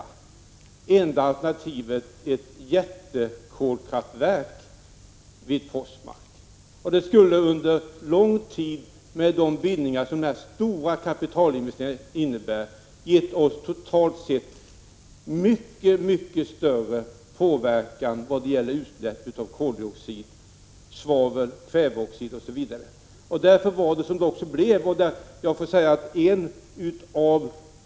Det enda alternativet var ett jättekolkraftverk i Forsmark. Med de bindningar som de stora kapitalinvesteringarna där medför skulle detta under lång tid totalt sett ha gett oss mycket större påverkan på grund av utsläpp av koldioxid, svavel, kväveoxid osv. Detta var bakgrunden till beslutet i frågan om hetvattenstunneln.